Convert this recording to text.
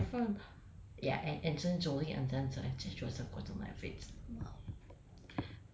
so ya jennifer ya and angelina jolie and then the actor joseph gordon levitt !wow!